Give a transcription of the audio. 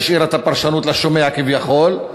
השאירה את הפרשנות לשומע כביכול,